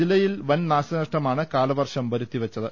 ജില്ലയിൽ വൻ നാശനഷ്ടമാണ് കാലവർഷം വരുത്തിവെച്ചത്